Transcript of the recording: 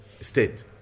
State